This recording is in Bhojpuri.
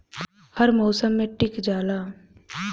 हर मउसम मे टीक जाला